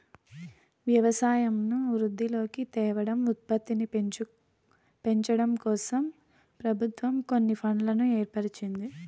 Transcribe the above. వ్యవసాయంను వృద్ధిలోకి తేవడం, ఉత్పత్తిని పెంచడంకోసం ప్రభుత్వం కొన్ని ఫండ్లను ఏర్పరిచింది